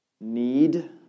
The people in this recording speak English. need